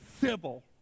civil